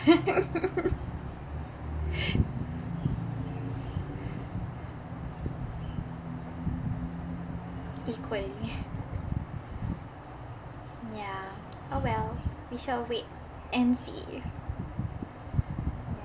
equally yeah oh well we shall wait and see